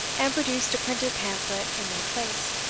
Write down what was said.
and produced a printed pamphlet in their place.